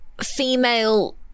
female